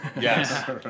yes